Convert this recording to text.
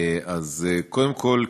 קודם כול,